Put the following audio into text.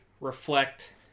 reflect